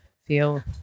feel